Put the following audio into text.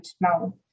now